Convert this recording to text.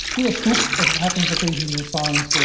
we were scooped, as happens occasionally in science,